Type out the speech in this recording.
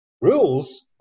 rules